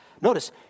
Notice